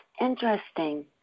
interesting